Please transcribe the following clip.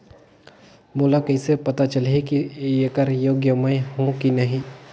मोला कइसे पता चलही की येकर योग्य मैं हों की नहीं?